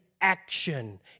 action